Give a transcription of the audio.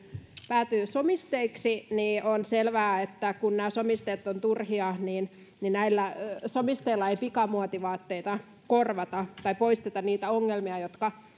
päätyy somisteiksi niin on selvää että kun nämä somisteet ovat turhia näillä somisteilla ei pikamuotivaatteita korvata tai poisteta niitä ongelmia jotka